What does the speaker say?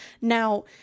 Now